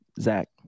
zach